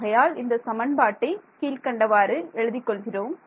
ஆகையால் இந்த சமன்பாட்டை கீழ்க்கண்டவாறு எழுதிக் கொள்கிறோம்